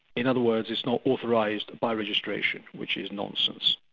in other words, it's not authorised by registration, which is nonsense.